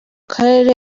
karere